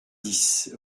dix